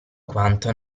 quanto